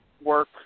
work